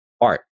art